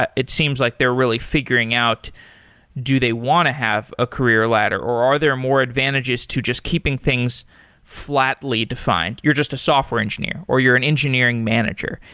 ah it seems like they're really figuring out do they want to have a career ladder, or are there more advantages to just keeping things flat lead to find? you're just a software engineer, or you're an engineering manager,